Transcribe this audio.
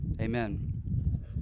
Amen